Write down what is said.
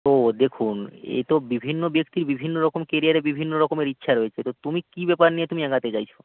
ও দেখুন এ তো বিভিন্ন ব্যক্তি বিভিন্ন রকম কেরিয়ারে বিভিন্ন রকমের ইচ্ছা রয়েছে তো তুমি কী ব্যাপার নিয়ে তুমি এগোতে চাইছ